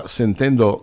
sentendo